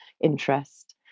Interest